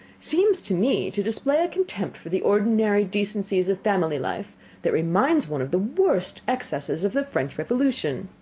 seems to me to display a contempt for the ordinary decencies of family life that reminds one of the worst excesses of the french revolution.